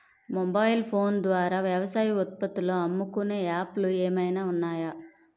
Mobile phone ద్వారా వ్యవసాయ ఉత్పత్తులు అమ్ముకునే యాప్ లు ఏమైనా ఉన్నాయా?